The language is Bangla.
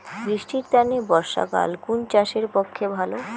বৃষ্টির তানে বর্ষাকাল কুন চাষের পক্ষে ভালো?